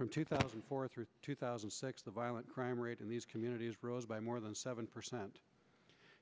from two thousand and four through two thousand and six the violent crime rate in these communities rose by more than seven percent